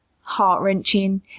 heart-wrenching